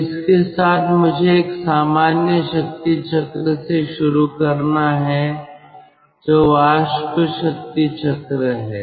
तो इसके साथ मुझे एक सामान्य शक्ति चक्र से शुरू करना है जो वाष्प शक्ति चक्र है